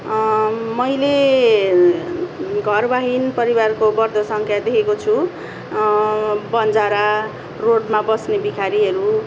मैले घरविहिन परिवारको बढ्दो संख्या देखेको छु बन्जाारा रोडमा बस्ने भिखारीहरू